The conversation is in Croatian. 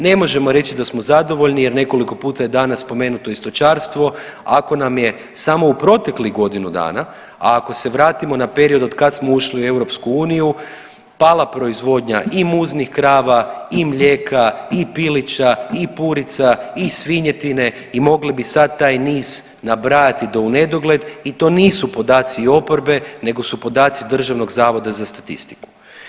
Ne možemo reći da smo zadovoljni jer nekoliko puta je danas spomenuto i stočarstvo, ako nam je samo u proteklih godinu dana, a ako se vratimo na period od kada smo ušli u Europsku uniju pala proizvodnja i muznih krava, i mlijeka, i pilića, i purica, i svinjetine i mogli bi sada taj niz nabrajati do u nedogled i to nisu podaci oporbe, nego su podaci Državnog zavoda za statistiku.